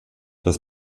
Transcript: das